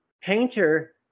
Painter